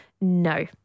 no